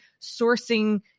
sourcing